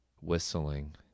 whistling